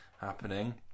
happening